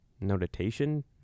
notation